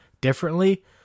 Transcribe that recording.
differently